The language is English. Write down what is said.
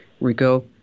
rico